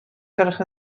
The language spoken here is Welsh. gwelwch